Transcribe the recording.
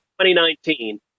2019